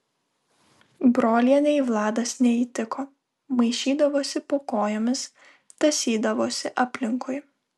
brolienei vladas neįtiko maišydavosi po kojomis tąsydavosi aplinkui